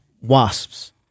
wasps